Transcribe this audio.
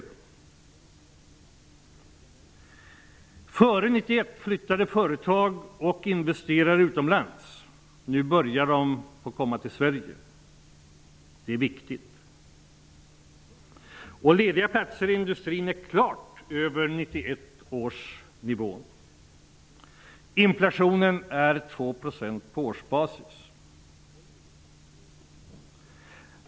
Före 1991 flyttade företag och investerare utomlands. Nu börjar de att komma till Sverige. Det är viktigt. Antalet lediga platser i industrin ligger klart över 1991 års nivå. Inflationen är 2 % på årsbasis.